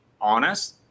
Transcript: honest